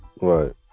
Right